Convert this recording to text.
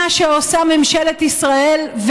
מה שעושה ממשלת ישראל,